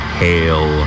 hail